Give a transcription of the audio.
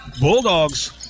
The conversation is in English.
Bulldogs